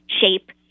shape